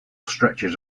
stretches